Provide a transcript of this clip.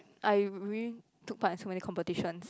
I really took part in so many competitions